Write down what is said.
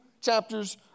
chapters